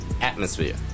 atmosphere